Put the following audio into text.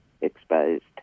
exposed